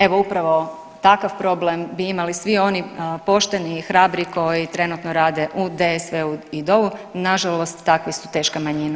Evo upravo takav problem bi imali svi oni pošteni i hrabri koji trenutno rade u DSV-u i DOV-u, nažalost takvi su teška manjina.